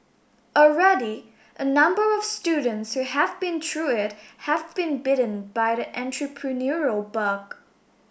already a number of students who have been through it have been bitten by the entrepreneurial bug